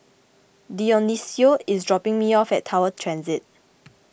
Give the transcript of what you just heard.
Dionicio is dropping me off at Tower Transit